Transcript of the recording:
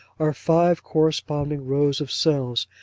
are five corresponding rows of cells,